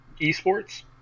esports